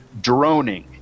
droning